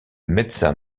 médecin